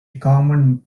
common